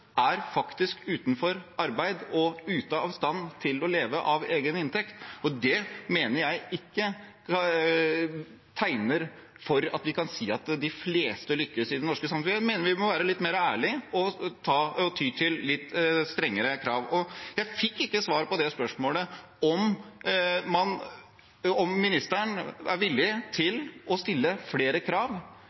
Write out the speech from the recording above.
er faktisk utenfor arbeid og ute av stand til å leve av egen inntekt, og det mener jeg ikke tegner for at vi kan si at de fleste lykkes i det norske samfunn. Jeg mener vi må være litt mer ærlige og ty til litt strengere krav. Jeg fikk ikke svar på spørsmålet om ministeren er villig til å stille flere krav